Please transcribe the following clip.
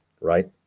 right